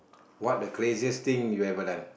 what the craziest thing you ever done